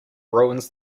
ruins